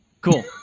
Cool